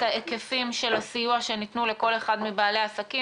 ההיקפים של הסיוע שניתנו לכל אחד מבעלי העסקים.